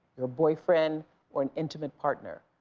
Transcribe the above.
your boyfriend or an intimate partner.